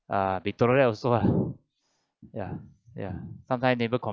uh be tolerate also ah ya ya sometimes neighbour